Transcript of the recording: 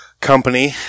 company